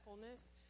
fullness